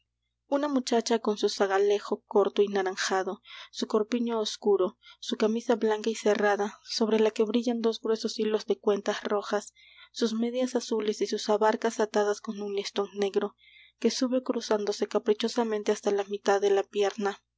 una muchacha con su zagalejo corto y naranjado su corpiño oscuro su camisa blanca y cerrada sobre la que brillan dos gruesos hilos de cuentas rojas sus medias azules y sus abarcas atadas con un listón negro que sube cruzándose caprichosamente hasta la mitad de la pierna